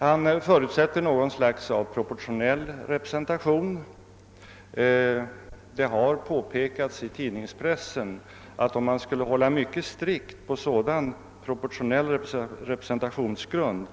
Han förutsätter därvid något slag av proportionell representation. Det har påpekats i tidningspressen att vid en mycket strikt tillämpning av en sådan proportionell representationsgrund